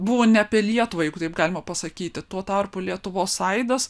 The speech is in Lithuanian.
buvo ne apie lietuvą jeigu taip galima pasakyti tuo tarpu lietuvos aidas